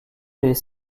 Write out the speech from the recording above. les